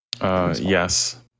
yes